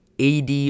AD